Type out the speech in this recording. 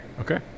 Okay